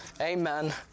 Amen